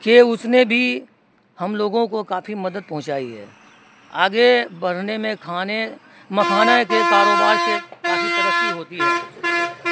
کہ اس نے بھی ہم لوگوں کو کافی مدد پہنچائی ہے آگے بڑھنے میں کھانے مکھانے کے کاروبار سے کافی ترقی ہوتی ہے